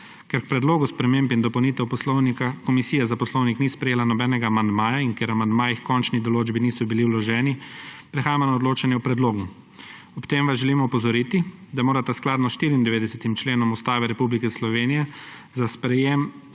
k predlogu sprememb in dopolnitev Poslovnika komisije za poslovnik ni sprejela nobenega amandmaja in ker amandmaji h končni določbi niso bili vloženi, prehajamo na odločanje o predlogu. Ob tem vas želim opozoriti, da morata skladno s 94. členom Ustave Republike Slovenije za sprejetje